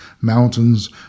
mountains